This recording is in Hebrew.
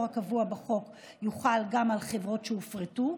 הקבוע בחוק יוחל גם על חברות שהופרטו,